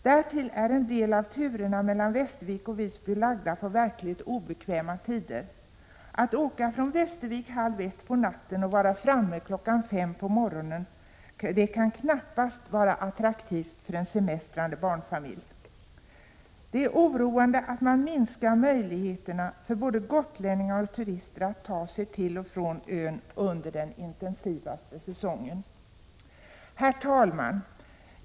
Därtill är en del av turerna mellan Västervik och Visby lagda på verkligt obekväma tider. Att åka från Västervik halv ett på natten och vara framme kl. 5 på morgonen, kan knappast vara attraktivt för en semestrande barnfamilj. Det är oroande att man minskar möjligheterna för både gotlänningar och turister att ta sig till och från ön under den intensivaste säsongen. Herr talman!